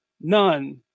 none